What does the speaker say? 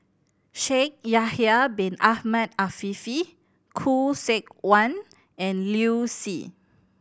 Shaikh Yahya Bin Ahmed Afifi Khoo Seok Wan and Liu Si